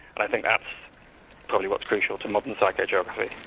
but i think that's probably what's crucial to modern psychogeography.